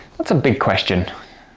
that's a big question,